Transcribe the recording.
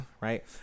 right